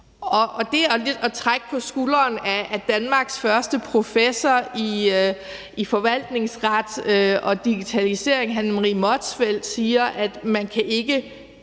tilsyn. Det at trække på skulderen af, at Danmarks første professor i forvaltningsret og digitalisering, Hanne Marie Motzfeldt, siger, at man ikke